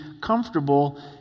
comfortable